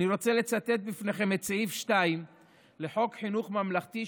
אני רוצה לצטט בפניכם את סעיף 2 לחוק חינוך ממלכתי,